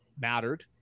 mattered